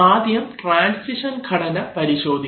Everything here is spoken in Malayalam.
ആദ്യം ട്രാൻസിഷൻ ഘടന പരിശോധിക്കാം